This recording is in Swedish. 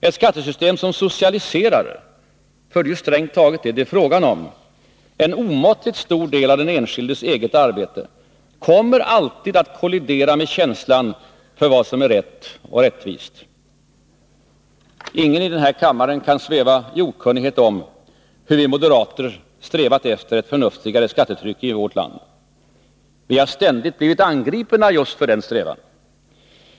Ett skattesystem som socialiserar — det är strängt taget vad det är fråga om — en omåttligt stor del av den enskildes eget arbete, kommer alltid att kollidera med känslan för vad som är rätt och rättvist. Ingen i denna kammare kan sväva i okunnighet om hur vi moderater strävat efter ett förnuftigare skattetryck i vårt land. Vi har ständigt blivit angripna just därför att vi har denna strävan.